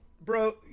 bro